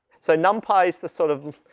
so numpy is the sort of,